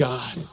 God